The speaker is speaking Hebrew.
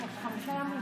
מירב,